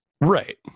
Right